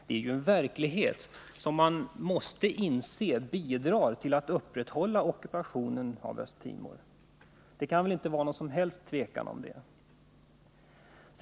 Man måste inse att vapenexport bidrar till att upprätthålla ockupationen av Östtimor. Det kan väl inte vara något som helst tvivel om det.